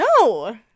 No